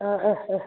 ആ ആ ആ